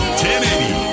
1080